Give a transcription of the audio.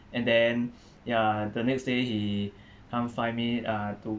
and then ya the next day he come find me uh to